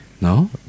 No